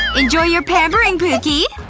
enjoy your pampering, pookie